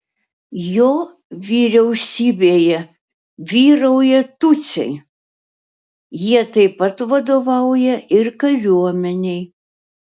jo vyriausybėje vyrauja tutsiai jie taip pat vadovauja ir kariuomenei